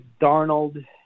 Darnold